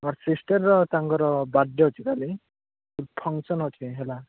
ମୋ ସିଷ୍ଟର୍ର ତାଙ୍କର ବାର୍ଥ ଡ଼େ ଅଛି କାଲି ଫଙ୍କଶନ୍ ଅଛି ହେଲା